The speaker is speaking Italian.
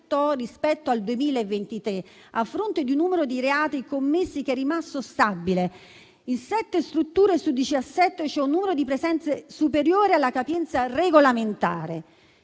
rispetto al 2023, a fronte di un numero di reati commessi che è rimasto stabile. In sette strutture su diciassette c'è un numero di presenze superiore alla capienza regolamentare;